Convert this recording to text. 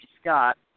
Scott